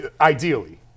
Ideally